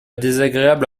désagréable